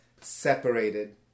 separated